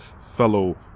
fellow